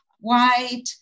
white